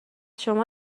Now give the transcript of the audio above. شما